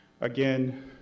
Again